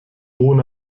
ohne